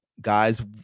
Guys